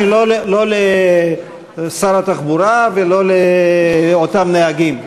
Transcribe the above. זאת כבר שאלה שהיא לא לשר התחבורה ולא לאותם נהגים.